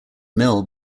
mill